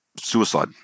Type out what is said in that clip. suicide